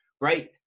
right